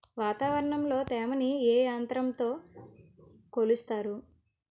వాతావరణంలో తేమని ఏ యంత్రంతో కొలుస్తారు?